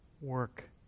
work